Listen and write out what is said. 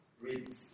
read